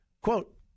Quote